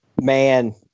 man